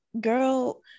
girl